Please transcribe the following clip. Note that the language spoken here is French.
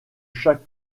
chaque